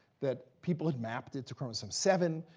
that people had mapped it to chromosome seven,